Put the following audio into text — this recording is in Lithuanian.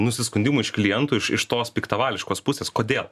nusiskundimų iš klientų iš iš tos piktavališkos pusės kodėl